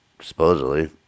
supposedly